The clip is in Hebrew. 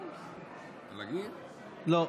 אדוני.